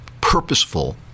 purposeful